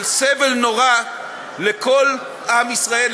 של סבל נורא לכל עם ישראל,